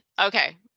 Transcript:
Okay